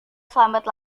selambat